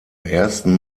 ersten